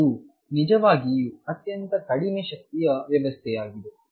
ಇದು ನಿಜವಾಗಿಯೂ ಅತ್ಯಂತ ಕಡಿಮೆ ಶಕ್ತಿಯ ವ್ಯವಸ್ಥೆಯಾಗಿದೆ